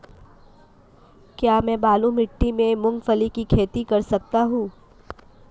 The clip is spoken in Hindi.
क्या मैं बालू मिट्टी में मूंगफली की खेती कर सकता हूँ?